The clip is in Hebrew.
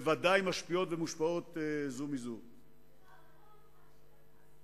ובוודאי משפיעות זו על זו ומושפעות זו מזו.